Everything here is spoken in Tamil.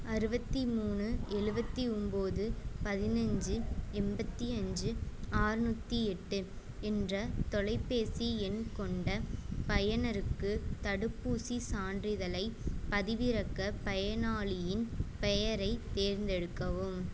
அறுவத்தி மூணு எழுபத்தி ஒம்போது பதினஞ்சு எண்பத்தி அஞ்சு ஆர்நூற்றி எட்டு என்ற தொலைபேசி எண் கொண்ட பயனருக்கு தடுப்பூசிச் சான்றிதழைப் பதிவிறக்க பயனாளியின் பெயரைத் தேர்ந்தெடுக்கவும்